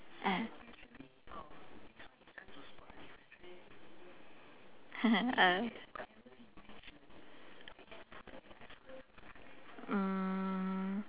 ah uh mm